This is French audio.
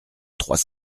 trois